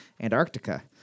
Antarctica